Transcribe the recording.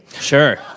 Sure